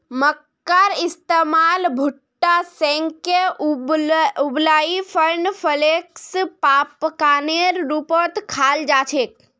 मक्कार इस्तमाल भुट्टा सेंके उबलई कॉर्नफलेक्स पॉपकार्नेर रूपत खाल जा छेक